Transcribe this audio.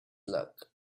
luck